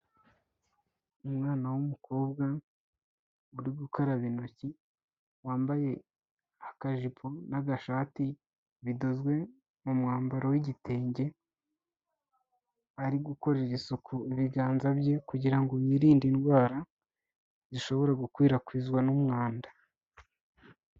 Umwana w'umukobwa uri gukaraba intoki wambaye akajipo n'agashati bidozwe mu mwambaro w'igitenge, ari gukorera isuku ibiganza bye kugira ngo yirinde indwara zishobora gukwirakwizwa n'umwanda.